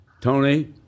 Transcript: Tony